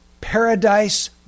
paradise